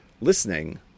listening